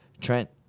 Trent